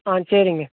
ஆ சரிங்க